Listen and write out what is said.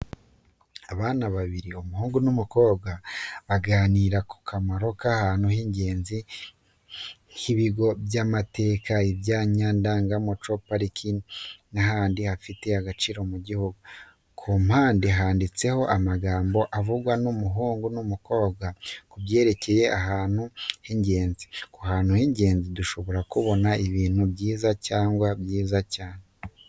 Abana babiri umuhungu n’umukobwa baganira ku kamaro k’ahantu h’ingenzi nk’ibigo by’amateka, ibyanya ndangamuco, pariki n'ahandi hafite agaciro mu gihugu. Ku mpande handitseho amagambo avugwa n’umuhungu n’umukobwa ku byerekeye ahantu h’ingenzi. Ku hantu h’ingenzi, dushobora kubona ibintu byiza cyangwa byiza cyane.